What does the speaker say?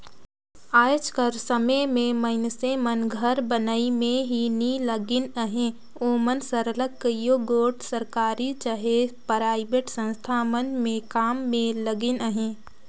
आएज कर समे में मइनसे मन घर बनई में ही नी लगिन अहें ओमन सरलग कइयो गोट सरकारी चहे पराइबेट संस्था मन में काम में लगिन अहें